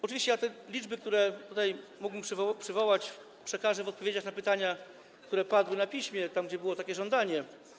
Oczywiście ja te liczby, które tutaj mógłbym przywołać, przekażę w odpowiedziach na pytania, które padły, na piśmie, jeżeli było takie żądanie.